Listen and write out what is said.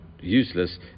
useless